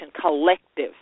collective